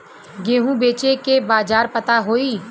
गेहूँ बेचे के बाजार पता होई?